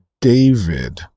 David